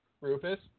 Rufus